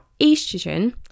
estrogen